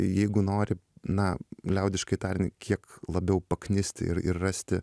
jeigu nori na liaudiškai tarian kiek labiau paknisti ir ir rasti